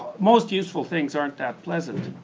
most useful things aren't that pleasant.